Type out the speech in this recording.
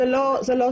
זאת לא צורה.